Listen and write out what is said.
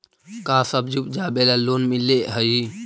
का सब्जी उपजाबेला लोन मिलै हई?